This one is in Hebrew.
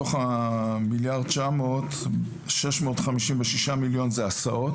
מתוך מיליארד 900 - 656 הסעות,